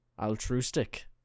Altruistic